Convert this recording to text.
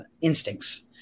instincts